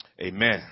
Amen